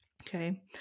Okay